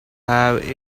have